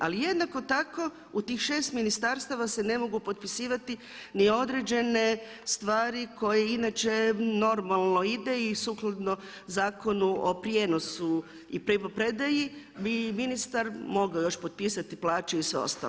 Ali jednako tako u tih 6 ministarstava se ne mogu potpisivati ni određene stvari koje inače normalno ide i sukladno Zakonu od prijenosu i primopredaji bi ministar mogao još potpisati plaće i sve ostalo.